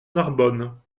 narbonne